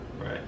right